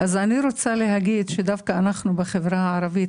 אני רוצה לומר שדווקא אנחנו בחברה הערבית,